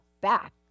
back